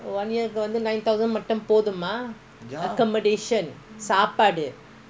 one year nine thousand போதுமா:poothuma accommodation சாப்பாடு:saapaadu